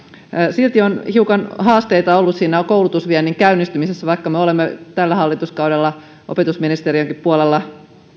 silti on hiukan haasteita ollut koulutusviennin käynnistymisessä vaikka me olemme tällä hallituskaudella opetusministeriönkin puolella